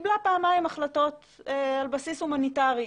קיבלה פעמיים החלטות על בסיס הומניטרי.